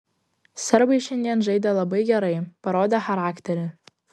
serbai šiandien žaidė labai gerai parodė charakterį